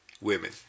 women